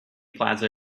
plaza